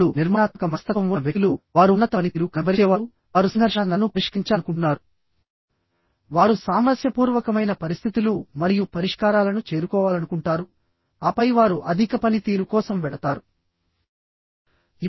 ఇప్పుడు నిర్మాణాత్మక మనస్తత్వం ఉన్న వ్యక్తులు వారు ఉన్నత పనితీరు కనబరిచేవారు వారు సంఘర్షణ నలను పరిష్కరించాలనుకుంటున్నారు వారు సామరస్యపూర్వకమైన పరిస్థితులు మరియు పరిష్కారాలను చేరుకోవాలనుకుంటారు ఆపై వారు అధిక పనితీరు కోసం వెళతారు